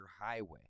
highway